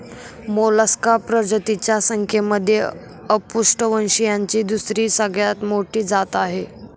Mollusca प्रजातींच्या संख्येमध्ये अपृष्ठवंशीयांची दुसरी सगळ्यात मोठी जात आहे